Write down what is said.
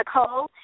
Nicole